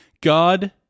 God